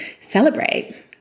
celebrate